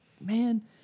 man